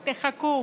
תחכו.